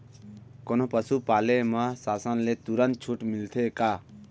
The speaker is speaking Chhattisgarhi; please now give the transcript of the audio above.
कोनो पसु पाले म शासन ले तुरंत छूट मिलथे का?